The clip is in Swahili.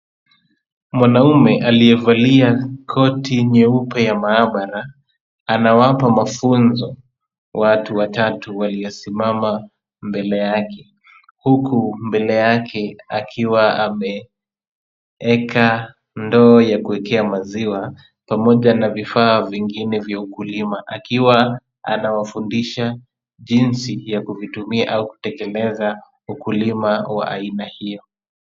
Mwanamume aliyevalia koti nyeupe ya maabara anawapa mafunzo watu watatu waliosimama mbele yake. Huku mbele yake akiwa ameeka ndoo ya kuekea maziwa pamoja na vifaa vingine vya ukulima. Akiwa anawafundisha jinsi ya kuvitumia au kutekeleza ukulima wa aina hiyo.